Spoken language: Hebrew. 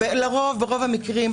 ברוב המקרים,